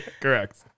Correct